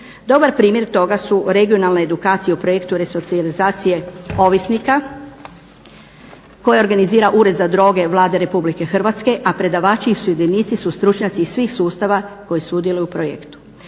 Dobar primjer toga su regionalna edukacija u projektu resocijalizacije ovisnika, koje organizira Ured za droge Vlade Republike Hrvatske, a predavači i sudionici su stručnjaci iz svih sustava koji sudjeluju u projektu.